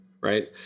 right